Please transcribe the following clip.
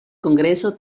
congreso